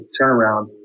turnaround